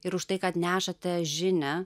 ir už tai kad nešate žinią